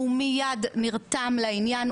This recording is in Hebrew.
והוא מיד נרתם לעניין,